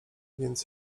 więc